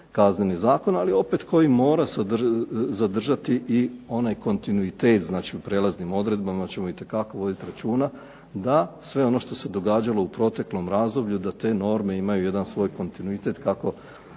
Kazneni zakon, ali opet koji mora zadržati i onaj kontinuitet, znači u prijelaznim odredbama ćemo itekako voditi računa da sve ono što se događalo u proteklom razdoblju da te norme imaju jedan svoj kontinuitet kako